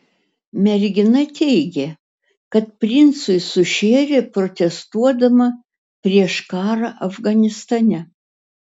mergina teigė kad princui sušėrė protestuodama prieš karą afganistane